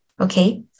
okay